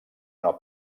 una